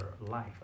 life